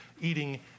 eating